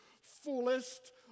fullest